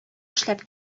эшләп